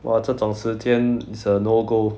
!wah! 这种时间 is a no go